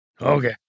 Okay